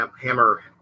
hammer